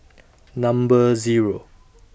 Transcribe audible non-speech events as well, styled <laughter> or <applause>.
<noise> Number Zero